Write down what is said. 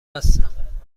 هستم